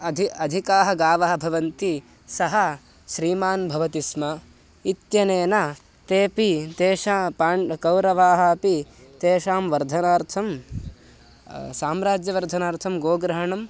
अधि अधिकाः गावः भवन्ति सः श्रीमान् भवति स्म इत्यनेन तेपि तेषा पाण्डवाः कौरवाः अपि तेषां वर्धनार्थं साम्राज्यवर्धनार्थं गोग्रहणम्